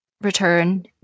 return